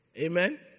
Amen